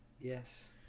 Yes